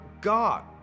God